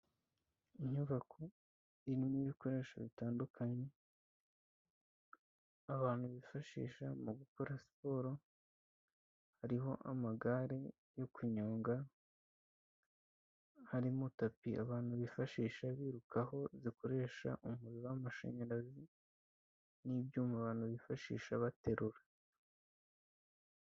Inyubako irimo ibikoresho bitandukanye, abantu bifashisha mu gukora siporo, hariho amagare yo kunyonga, harimo tapi abantu bifashisha birukaho, zikoresha umuriro w'amashanyarazi, n'ibibyuma abantu bifashisha baterura.